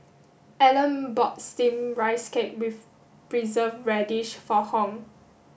Ellen bought steamed rice cake with preserved radish for Hung